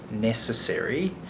necessary